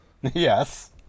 Yes